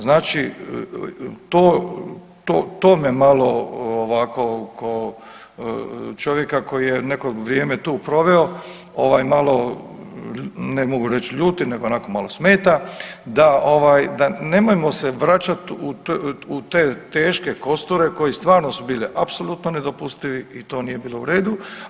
Znači, to me malo ovako kao čovjeka koji je neko vrijeme tu proveo malo ne mogu reći ljuti, nego onako malo smeta da nemojmo se vraćati u te teške kosture koji stvarno su bili apsolutno nedopustivi i to nije bilo u redu.